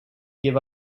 give